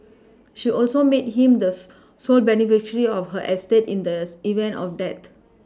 she also made him the sole beneficiary of her estate in the event of dead